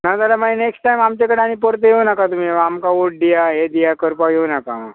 ना जाल्यार मागीर नॅक्स्ट टायम आमचे कडेन आनी परत येवं नाका तुमी आमकां वोट दिया हें दिया करपा येवं नाका